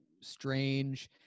strange